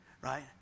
right